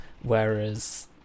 Whereas